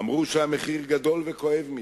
אמרו שהמחיר גדול וכואב מדי,